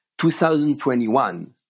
2021